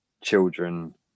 children